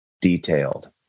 detailed